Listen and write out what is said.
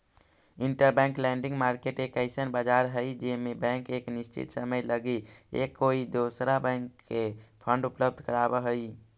interbank lending market एक अइसन बाजार हई जे में बैंक एक निश्चित समय लगी एक कोई दूसरा बैंक के फंड उपलब्ध कराव हई